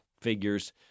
figures